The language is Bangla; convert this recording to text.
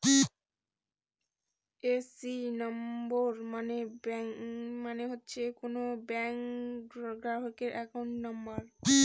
এ.সি নাম্বার মানে হচ্ছে কোনো ব্যাঙ্ক গ্রাহকের একাউন্ট নাম্বার